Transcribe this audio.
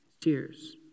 tears